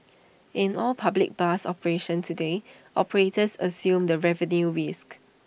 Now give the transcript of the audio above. in all public bus operations today operators assume the revenue risk